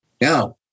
Now